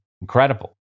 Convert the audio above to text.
incredible